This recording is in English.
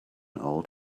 old